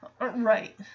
right